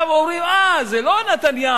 אומרים עכשיו: אה, זה לא רק נתניהו.